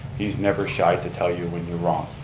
he's never shy to tell you when you're wrong,